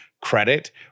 credit